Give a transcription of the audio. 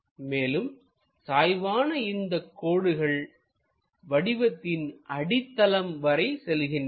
மேலும் சாய்வான இந்தக் கோடுகள் வடிவத்தின் அடித்தளம் வரை செல்கின்றன